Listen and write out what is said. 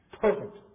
Perfect